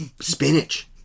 spinach